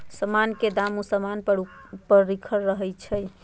समान के दाम उ समान के ऊपरे लिखल रहइ छै